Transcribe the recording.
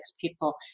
people